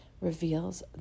reveals